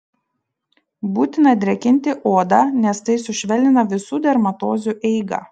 būtina drėkinti odą nes tai sušvelnina visų dermatozių eigą